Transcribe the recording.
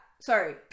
Sorry